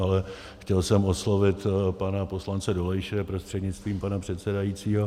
Ale chtěl jsem oslovit pana poslance Dolejše prostřednictvím pana předsedajícího.